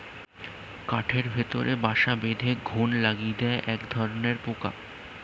কাঠের ভেতরে বাসা বেঁধে ঘুন লাগিয়ে দেয় একধরনের পোকা